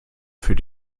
für